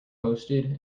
posted